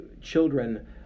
children